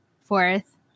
fourth